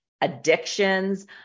addictions